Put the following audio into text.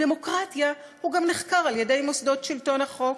בדמוקרטיה הוא גם נחקר על-ידי מוסדות שלטון החוק.